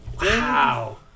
Wow